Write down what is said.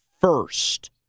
first